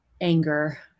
anger